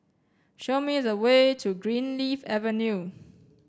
show me the way to Greenleaf Avenue